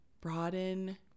broaden